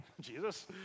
Jesus